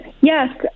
Yes